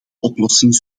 oplossing